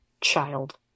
child